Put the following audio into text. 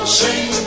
sing